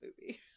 movie